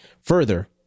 further